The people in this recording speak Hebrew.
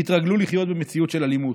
יתרגלו לחיות במציאות של אלימות,